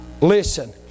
listen